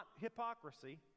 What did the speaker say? hypocrisy